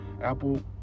Apple